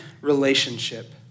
relationship